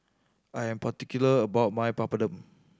I am particular about my Papadum